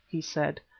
he said,